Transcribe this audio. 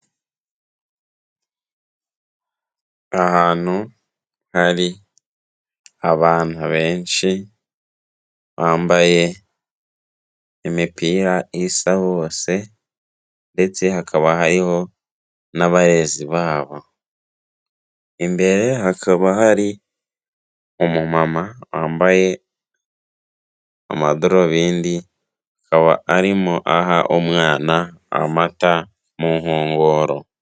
Ahantu hari abana benshi, bambaye imipira isa hose ndetse hakaba hariho n'abarezi babo. Imbere hakaba hari umumama wambaye amadorobindi, akaba arimo aha umwana amata mu nkongoro.